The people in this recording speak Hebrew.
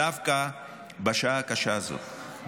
דווקא בשעה הקשה הזאת,